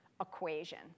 equation